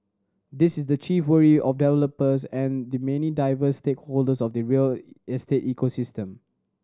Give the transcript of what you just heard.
this is the chief worry of developers and the many diverse stakeholders of the real estate ecosystem